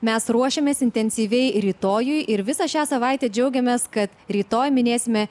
mes ruošiamės intensyviai rytojui ir visą šią savaitę džiaugiamės kad rytoj minėsime